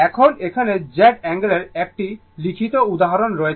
এখন এখানে Z অ্যাঙ্গেলের একটি লিখিত উদাহরণ রয়েছে